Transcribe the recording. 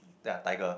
ya tiger